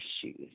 shoes